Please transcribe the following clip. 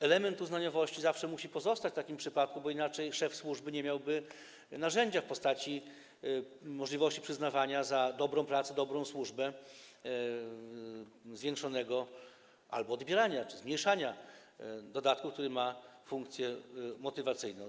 Element uznaniowości zawsze musi pozostać w takim przypadku, bo inaczej szef służby nie miałby narzędzia w postaci możliwości przyznawania za dobrą pracę, dobrą służbę zwiększonego dodatku albo odbierania czy zmniejszania go, co ma funkcję motywacyjną.